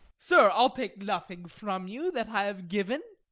sir, i ll take nothing from you that i have given.